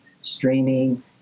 streaming